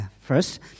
first